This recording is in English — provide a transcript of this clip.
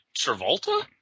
Travolta